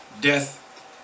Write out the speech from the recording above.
death